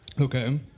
Okay